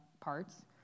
parts